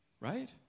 right